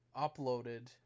uploaded